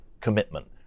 commitment